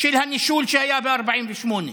של הנישול שהיה ב-48'.